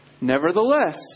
Nevertheless